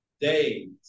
days